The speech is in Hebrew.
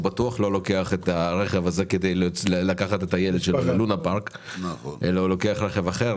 בטוח לא לוקח את הרכב הזה כדי לקחת את הילד ללונה פארק לוקח רכב אחר,